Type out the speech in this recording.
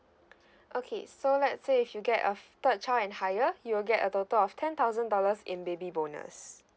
okay so let's say if you get a third child and higher you will get a total of ten thousand dollars in baby bonus